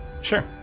Sure